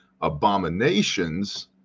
Abominations